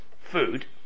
food